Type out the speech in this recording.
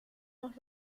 los